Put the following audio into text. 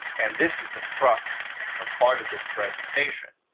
and this is the crux of part of this presentation,